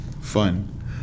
Fun